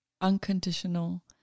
unconditional